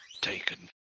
taken